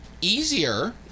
easier